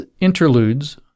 interludes